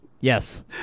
Yes